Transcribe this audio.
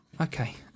Okay